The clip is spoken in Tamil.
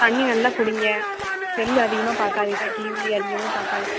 தண்ணிர் நல்லா குடிங்க செல்லு அதிகமாக பார்க்காதீங்க டிவி அதிகமாக பார்க்காதீங்க